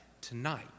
tonight